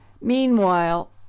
Meanwhile